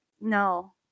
no